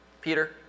Peter